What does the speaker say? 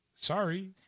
sorry